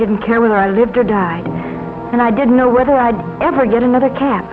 didn't care whether i lived or died and i didn't know whether i'd ever get another cat